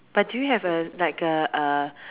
but do you have a like a uh